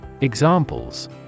Examples